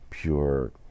pure